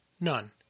none